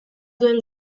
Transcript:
duen